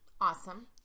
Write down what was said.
awesome